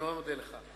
אני מאוד מודה לך.